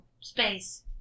Space